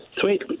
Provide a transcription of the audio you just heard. Sweet